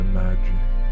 magic